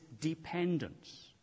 dependence